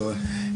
אתה טועה.